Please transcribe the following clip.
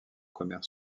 commerce